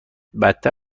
بدتر